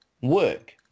work